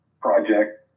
project